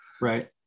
Right